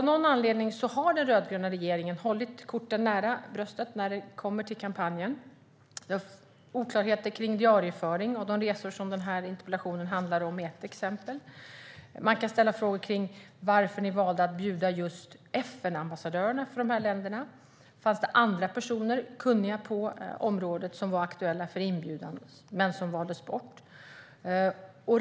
Av någon anledning har nämligen den rödgröna regeringen hållit korten nära bröstet när det kommer till kampanjen. Det finns oklarheter kring diarieföring, och de resor den här interpellationen handlar om är ett exempel. Man kan ställa frågor om varför man valde att bjuda just FN-ambassadörerna för dessa länder. Fanns det andra personer, kunniga på området, som var aktuella för en inbjudan men valdes bort?